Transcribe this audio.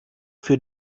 für